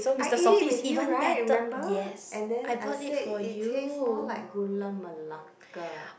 I ate it with you right remember and then I say it taste more like Gula Melaka